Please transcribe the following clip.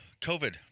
COVID